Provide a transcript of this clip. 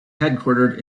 headquartered